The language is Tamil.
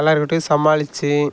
எல்லார்க்கிட்டேயும் சமாளித்து